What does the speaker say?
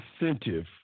incentive